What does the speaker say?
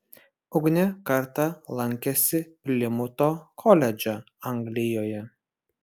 ugnė kartą lankėsi plimuto koledže anglijoje